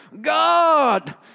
God